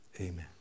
Amen